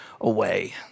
away